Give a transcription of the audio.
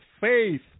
faith